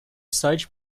site